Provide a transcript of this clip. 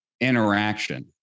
interaction